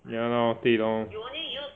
ya lor 对 loh